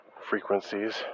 frequencies